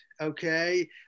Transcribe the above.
okay